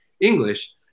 English